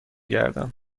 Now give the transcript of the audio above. گردم